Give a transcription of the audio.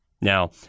Now